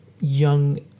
young